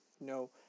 No